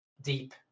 deep